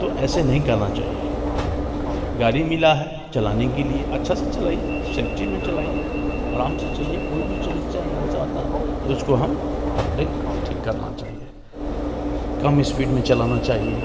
तो ऐसे नहीं करना चाहिए गाड़ी मिला है चलाने के लिए अच्छा से चलाइए सेफ्टी में चलाइए आराम से चलिए कोई भी समस्या अगर ऐसा होता है तो उसको हम अपने ठीक करना चाहिए काम स्पीड में चलाना चाहिए